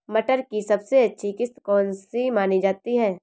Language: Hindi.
मटर की सबसे अच्छी किश्त कौन सी मानी जाती है?